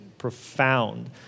profound